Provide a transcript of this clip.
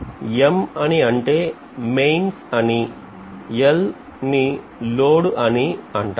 M అని అంటే mains అని మరియు L ని లోడ్ అని అంటారు